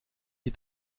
die